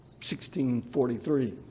1643